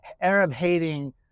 Arab-hating